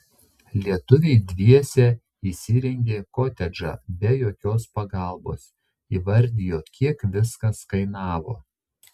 lietuviai dviese įsirengė kotedžą be jokios pagalbos įvardijo kiek viskas kainavo